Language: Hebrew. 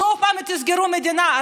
שוב תסגרו את המדינה?